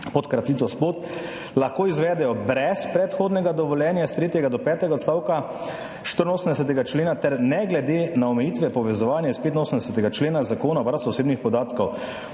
pod kratico SPOT, »lahko izvedejo brez predhodnega dovoljenja iz tretjega do petega odstavka 84. člena ter ne glede na omejitve povezovanja iz 85. člena Zakona o varstvu osebnih podatkov.«